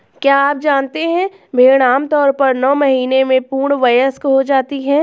क्या आप जानते है भेड़ आमतौर पर नौ महीने में पूर्ण वयस्क हो जाती है?